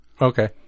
Okay